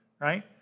right